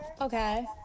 Okay